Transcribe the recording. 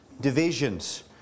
divisions